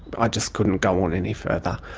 i just couldn't go on any further.